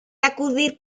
acudir